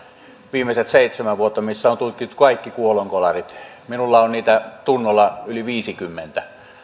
viimeiset seitsemän vuotta missä on tutkittu kaikki kuolonkolarit minulla on niitä tunnolla yli viisikymmentä pelkästään